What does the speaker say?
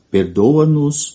Perdoa-nos